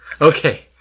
Okay